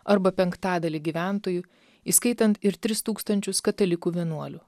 arba penktadalį gyventojų įskaitant ir tris tūkstančius katalikų vienuolių